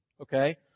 Okay